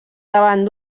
davant